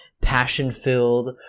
passion-filled